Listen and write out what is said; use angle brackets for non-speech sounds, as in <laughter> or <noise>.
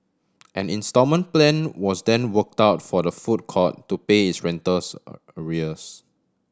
and instalment plan was then worked out for the food court to pay its rentals <hesitation> arrears